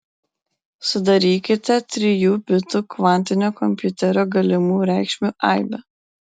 sudarykite trijų bitų kvantinio kompiuterio galimų reikšmių aibę